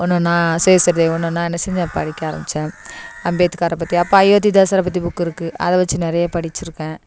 ஒன்று ஒன்றா சுயசரிதை ஒன்று ஒன்றா என்ன செஞ்சேன் படிக்க ஆரம்பித்தேன் அம்பேத்காரை பற்றி அப்போ அயோத்திதாசரை பற்றி புக்கு இருக்குது அதை வச்சு நிறைய படிச்சிருக்கேன்